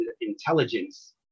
intelligence